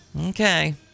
Okay